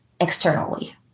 externally